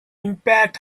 impact